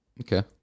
okay